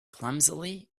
clumsily